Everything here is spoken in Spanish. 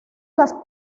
las